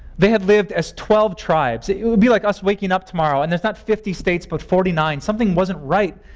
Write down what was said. they had lived as twelve tribes. it would be like us waking up tomorrow and there's not fifty states but forty nine something wasn't right.